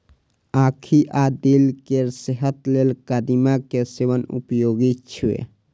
आंखि आ दिल केर सेहत लेल कदीमा के सेवन उपयोगी छै